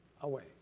away